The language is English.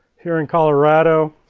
here in colorado,